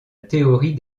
théorie